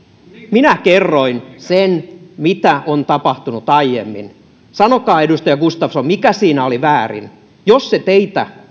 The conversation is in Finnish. minä kerroin sen mitä on tapahtunut aiemmin sanokaa edustaja gustafsson mikä siinä oli väärin jos se teitä